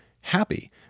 happy